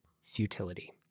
futility